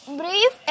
brief